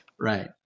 Right